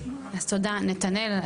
תודה נתנאל,